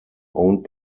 owned